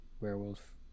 werewolf